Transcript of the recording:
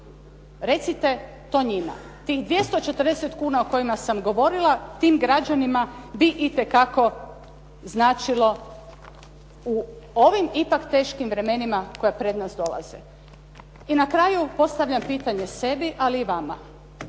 Recite to njima. Tih 240 kuna o kojima sam govorila tim građanima bi itekako značilo u ovim ipak teškim vremenima koja pred nas dolaze. I na kraju postavljam pitanje sebi ali i vama.